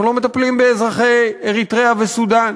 אנחנו לא מטפלים באזרחי אריתריאה וסודאן.